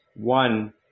one